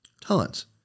Tons